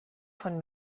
von